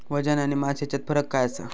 वजन आणि मास हेच्यात फरक काय आसा?